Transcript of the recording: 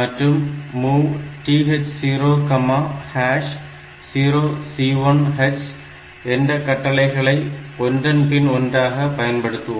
மற்றும் MOV TH00C1 H என்ற கட்டளைகளை ஒன்றன் பின் ஒன்றாக பயன்படுத்துவோம்